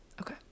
Okay